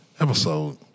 episode